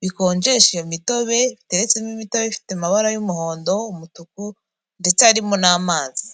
bikonjesha iyo mitobe, biteretsemo imitobe ifite amabara y'umuhondo, umutuku ndetse haririmo n'amazi.